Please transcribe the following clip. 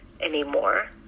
anymore